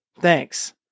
thanks